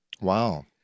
Wow